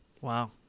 Wow